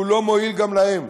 והוא לא מועיל גם להן.